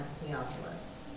Theophilus